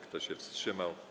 Kto się wstrzymał?